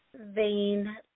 vein